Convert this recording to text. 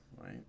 right